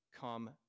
come